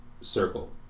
circle